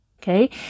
okay